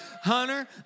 Hunter